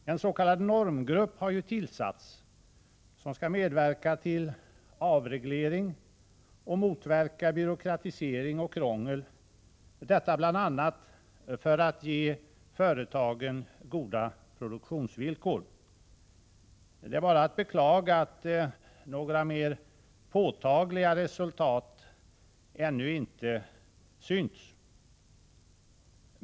Det har ju tillsatts en s.k. normgrupp, som skall medverka till avreglering och motverka byråkratisering och krångel — detta bl.a. för att ge företagen goda produktionsvillkor. Det är bara att beklaga att några mer påtagliga resultat ännu inte syns.